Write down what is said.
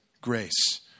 grace